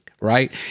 Right